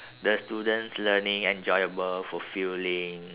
the students learning enjoyable fulfiling